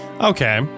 Okay